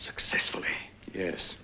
successfully yes